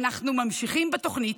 אנחנו ממשיכים בתוכנית,